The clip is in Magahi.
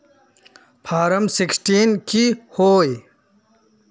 फारम सिक्सटीन की होय?